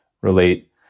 relate